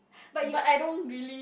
but I don't really